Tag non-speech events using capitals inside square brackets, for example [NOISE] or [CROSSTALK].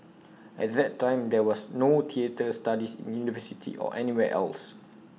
[NOISE] at that time there was no theatre studies in university or anywhere else